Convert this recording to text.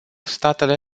statele